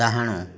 ଡାହାଣ